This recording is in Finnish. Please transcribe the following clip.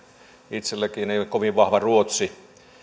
itsellänikään ei ole kovin vahva ruotsi